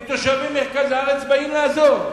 תושבי מרכז הארץ באים לעזור,